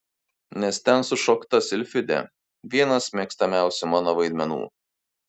nes ten sušokta silfidė vienas mėgstamiausių mano vaidmenų